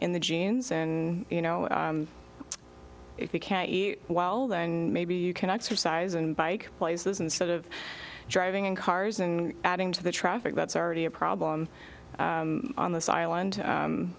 in the genes in you know if you can't eat well then maybe you can exercise and bike places instead of driving in cars and adding to the traffic that's already a problem on this island